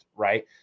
right